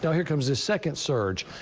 yeah here comes the second surge.